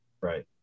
right